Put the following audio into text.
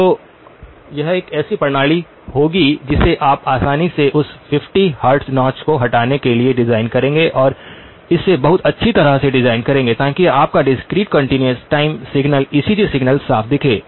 तो यह एक ऐसी प्रणाली होगी जिसे आप आसानी से उस 50 हर्ट्ज नौच को हटाने के लिए डिजाइन करेंगे और इसे बहुत अच्छी तरह से डिजाइन करेंगे ताकि आपका discrete continuous time signal ECG signal साफ दिखे